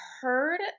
heard